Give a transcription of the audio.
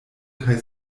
kaj